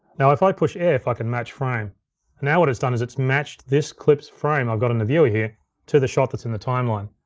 now if i push f, i can match frame. and now what it's done, is it's matched this clip's frame that i've got in the viewer here to the shot that's in the timeline.